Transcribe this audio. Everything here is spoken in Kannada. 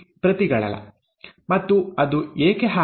ಮತ್ತು ಅದು ಏಕೆ ಹಾಗೆ